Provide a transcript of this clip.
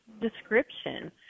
description